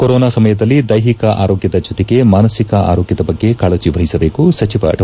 corona ಸಮಯದಲ್ಲಿ ದೈಹಿಕ ಆರೋಗ್ಲದ ಜೊತೆಗೆ ಮಾನಸಿಕ ಆರೋಗ್ಲದ ಬಗ್ಗೆ ಕಾಳಜಿ ವಹಿಸಬೇಕು ಸಚಿವ ಡಾ